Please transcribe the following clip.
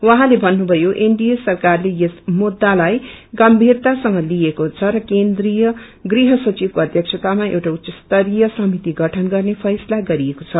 उहाँले भन्नुभयो एनडिए सरकारले यस मुद्दालाई गम्भीरतासंग लिएको छ र केन्द्रिय गृह सचिवको अध्यक्षातामा एउटा उच्च स्तरीय समिति गठितत गर्ने फैसला गरिएको छ